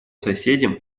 соседям